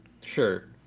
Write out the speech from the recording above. Sure